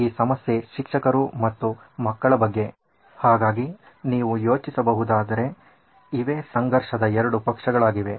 ಈ ಸಮಸ್ಯೆ ಶಿಕ್ಷಕರು ಮತ್ತು ಮಕ್ಕಳ ಬಗ್ಗೆ ಹಾಗಾಗಿ ನೀವು ಯೋಚಿಸಬಹುದಾದರೆ ಇವೇ ಸಂಘರ್ಷದ ಎರಡು ಪಕ್ಷಗಳಾಗಿವೆ